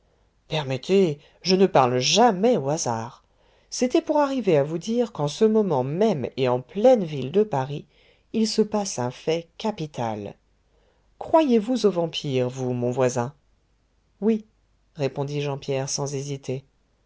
permettez je ne parle jamais au hasard c'était pour arriver à vous dire qu'en ce moment même et en pleine ville de paris il se passe un fait capital croyez-vous aux vampires vous mon voisin oui répondit jean pierre sans hésiter